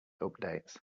updates